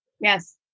Yes